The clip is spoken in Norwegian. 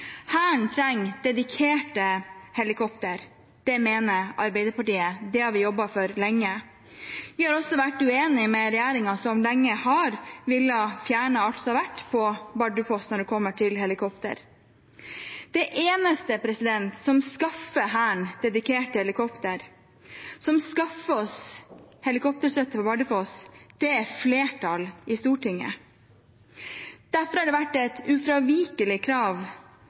Hæren trenger dedikerte helikoptre. Det mener Arbeiderpartiet, og det har vi jobbet for lenge. Vi har også vært uenige med regjeringen, som lenge har villet fjerne alt som har vært på Bardufoss når det kommer til helikopter. Det eneste som skaffer Hæren dedikerte helikopter, som skaffer oss helikopterstøtte på Bardufoss, er et flertall i Stortinget. Derfor har det vært et ufravikelig krav